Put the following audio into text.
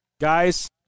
guys